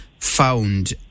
found